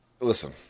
Listen